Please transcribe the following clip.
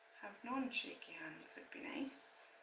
have non shaky hands would be nice